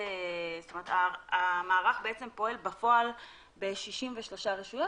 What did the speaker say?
שהמערך פועל בפועל ב-63 רשויות